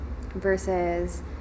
versus